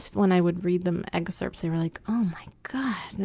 when i would read them excerpts, they're like oh my god,